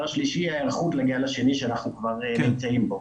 השלישי הוא היערכות לגל השני שאנחנו כבר נמצאים בו.